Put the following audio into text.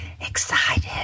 excited